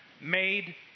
made